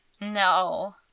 No